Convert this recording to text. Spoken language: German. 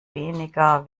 weniger